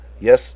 Yes